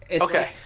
Okay